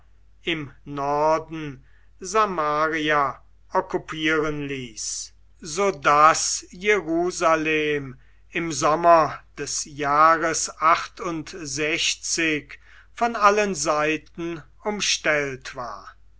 im norden samaria okkupieren ließ so daß jerusalem im sommer des jahres von allen seiten umstellt war